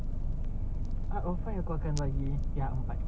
kau jangan jadi sebengap kenneth sudah lah